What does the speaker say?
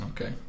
Okay